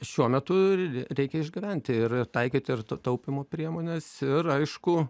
šiuo metu ir reikia išgyventi ir ir taikyt ir taupymo priemones ir aišku